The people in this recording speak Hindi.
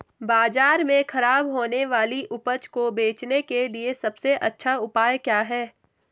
बाजार में खराब होने वाली उपज को बेचने के लिए सबसे अच्छा उपाय क्या हैं?